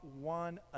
one